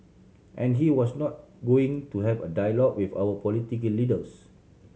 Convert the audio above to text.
and he was not going to have a dialogue with our political leaders